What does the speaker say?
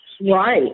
Right